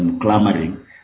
clamoring